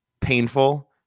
painful